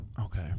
Okay